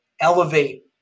elevate